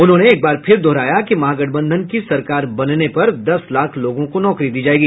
उन्होंने एक बार फिर दोहराया कि महागठबंधन की सरकार बनने पर दस लाख लोगों को नौकरी दी जायेगी